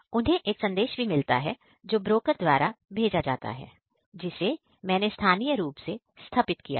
उन्हें एक संदेश भी मिलता है जो ब्रोकर द्वारा भेजा जाता है जिसे मैंने स्थानीय रूप से स्थापित किया है